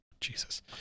Jesus